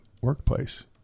workplace